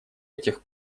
этих